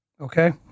Okay